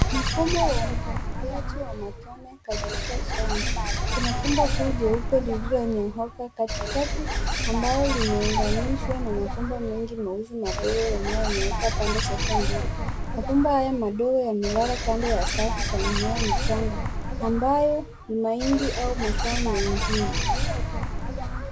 Mfumo wa umwangiliaji wa matone katika shamba. Kuna bomba kuu jeupe lililonyooka katikati ambalo limeunganishwa na mabomba mengi meusi madogo yanayonyooka pande zote mbili. Mabomba haya ya madogo yamelala kando ya safu za mimea michanga ambayo ni mahindi au mazao mengine.